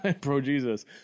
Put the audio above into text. pro-Jesus